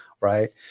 right